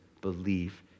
believe